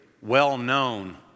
well-known